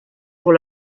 pour